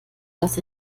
dass